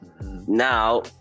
now